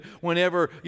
whenever